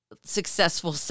successful